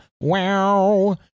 wow